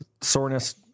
soreness